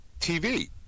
TV